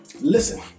Listen